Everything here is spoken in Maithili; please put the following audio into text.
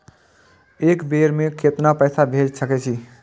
एक बेर में केतना पैसा भेज सके छी?